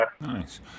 Nice